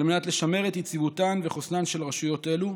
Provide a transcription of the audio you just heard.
על מנת לשמר את יציבותן וחוסנן של רשויות אלה.